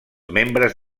membres